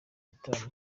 gitaramo